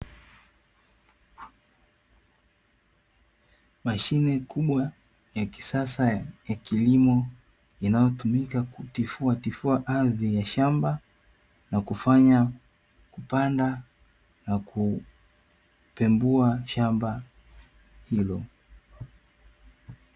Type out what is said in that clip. Mashine kubwa ya kisasa ya kilimo, inayotumika kutifuatifua ardhi ya shamba, na kufanya kupanda na kupembua shamba hilo.